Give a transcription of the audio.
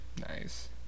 Nice